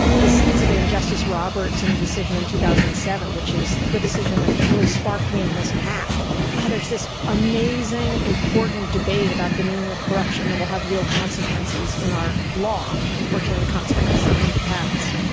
the seeds of it in justice roberts and the decision in two thousand and seven which is the decision that really sparked me on this path, like, oh, there's this amazing important debate about the meaning of corruption that will have real consequences in our law. unfortunately the consequences have come to pass.